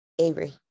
Avery